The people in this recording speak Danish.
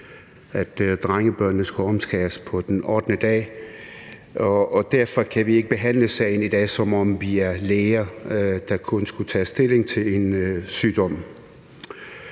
at drengebørn skal omskæres på den ottende dag, og derfor kan vi ikke behandle sagen i dag, som om vi er læger, der kun skal tage stilling til en sygdom.